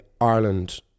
Ireland